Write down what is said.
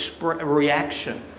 reaction